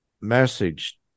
message